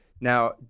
Now